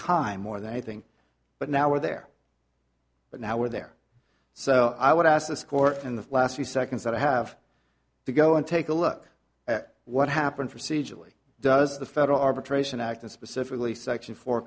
time more than anything but now were there but now were there so i would ask this court in the last few seconds that i have to go and take a look at what happened procedurally does the federal arbitration act and specifically section fo